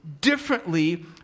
differently